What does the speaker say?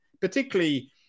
particularly